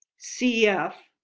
cf.